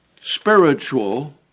spiritual